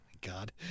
God